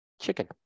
chicken